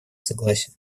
согласие